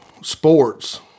sports